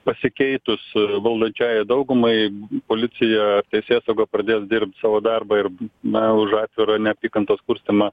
pasikeitus valdančiajai daugumai policija ir teisėsauga pradės dirbt savo darbą ir na už atvirą neapykantos kurstymą